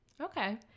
Okay